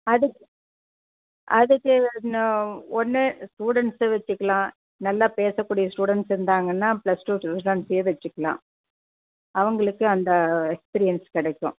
அதுக்கு அதுக்கு இன்னும் ஒன்னு ஸ்டூடண்ட்ஸ வச்சிக்கிலாம் நல்லா பேசக்கூடிய ஸ்டூடண்ட்ஸ் இருந்தாங்கன்னா ப்ளஸ் டூ ஸ்டூடெண்ட்ஸ் வச்சிக்லாம் அவங்களுக்கு அந்த எக்ஸ்பிரியன்ஸ் கிடைக்கும்